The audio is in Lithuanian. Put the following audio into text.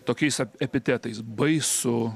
tokiais epitetais baisu